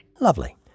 Lovely